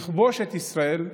לכבוש את ישראל,